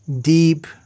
deep